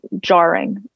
jarring